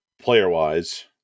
player-wise